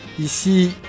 Ici